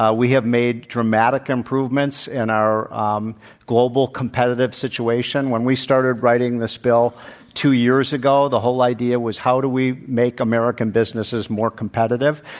ah we have made dramatic improvements in our um global competitive situation. when we started writing this bill two years ago the whole idea was, how do we make american businesses more competitive?